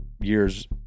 years